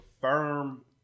firm